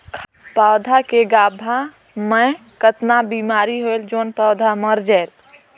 पौधा के गाभा मै कतना बिमारी होयल जोन पौधा मर जायेल?